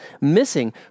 missing